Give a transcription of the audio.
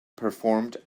performed